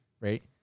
right